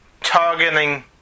targeting